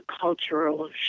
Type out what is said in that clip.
cultural